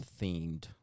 themed